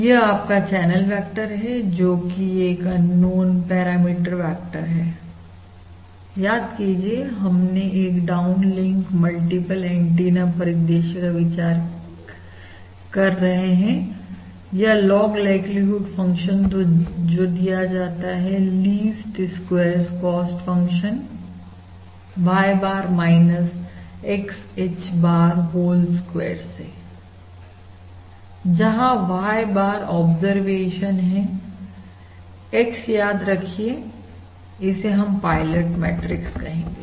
यह आपका channel vector है जो कि एक अननोन पैरामीटर वेक्टर है याद कीजिए हमने एक डाउन लिंक मल्टीपल एंटीना परिदृश्य का विचार कर रहे हैं या लॉग लाइक्लीहुड फंक्शन जो दिया जाता है least squares cost function Y bar X H bar whole square जहां Y bar ऑब्जरवेशन है X याद रखिए इसे हम पायलट मैट्रिक्स कहेंगे